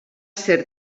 ser